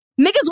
Niggas